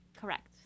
Correct